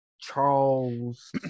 Charles